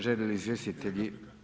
Žele li izvjestitelji?